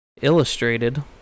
illustrated